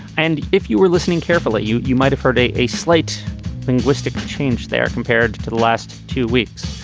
and if you were listening carefully you you might have heard a a slight linguistic change there compared to the last two weeks.